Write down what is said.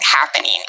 happening